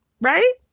right